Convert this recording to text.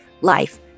Life